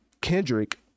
kendrick